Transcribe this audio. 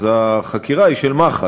אז החקירה היא של מח"ש.